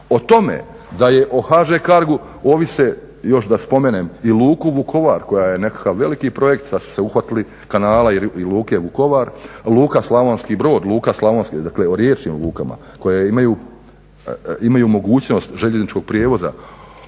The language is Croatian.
O tome da je o HŽ CARGO-u ovise, još da spomenem i luku Vukovar koja je nekakav veliki projekt, sada su se uhvatili kanala i luke Vukovar, luka Slavonski Brod, luka slavonski, dakle o riječnim lukama koje imaju mogućnost željezničkog prijevoza,